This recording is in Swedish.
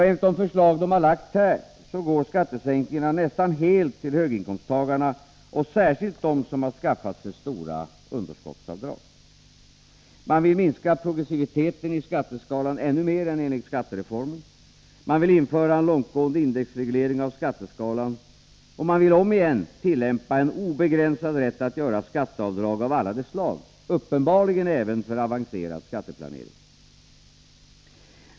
Enligt det förslag som de lagt fram går skattesänkningen nästan helt till höginkomsttagarna och särskilt dem som skaffat sig stora underskottsavdrag. Man vill minska progressiviteten i skatteskalan ännu mer än enligt skattereformen. Man vill införa en långtgående indexreglering av skatteskalan, och man vill om igen tillämpa en obegränsad rätt att göra skatteavdrag av alla de slag, uppenbarligen även för avancerad skatteplanering.